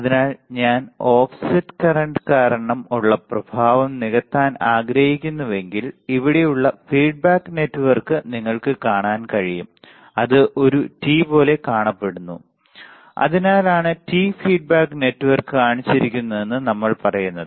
അതിനാൽ ഞാൻ offset current കാരണം ഉള്ള പ്രഭാവം നികത്താൻ ആഗ്രഹിക്കുന്നുവെങ്കിൽ ഇവിടെയുള്ള ഫീഡ്ബാക്ക് നെറ്റ്വർക്ക് നിങ്ങൾക്ക് കാണാൻ കഴിയും അത് ഒരു T പോലെ കാണപ്പെടുന്നു അതിനാലാണ് T ഫീഡ്ബാക്ക് നെറ്റ്വർക്ക് കാണിച്ചിരിക്കുന്നതെന്ന് നമ്മൾ പറയുന്നത്